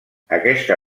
aquesta